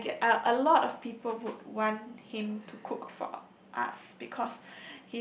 yes I get a a lot of people would want him to cook for us because